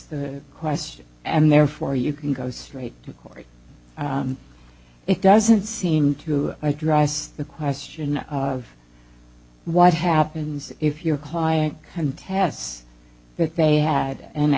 the question and therefore you can go straight to court it doesn't seem to address the question of what happens if your client contests that they had an